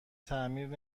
تعمیر